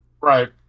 Right